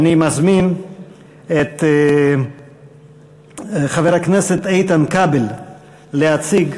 אני מזמין את חבר הכנסת איתן כבל להציג